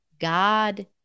God